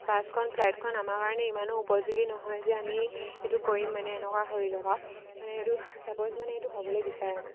বাছখন ফ্লাইটখন আমাৰ কাৰণে ইমানো উপযোগী নহয় যে আমি এইটো কৰিম মানে এনেকুৱা ধৰি লওক আৰু মানে এইটো ছাপ'জ মানে এইটো হ'বলৈ বিচাৰে মানে